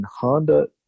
honda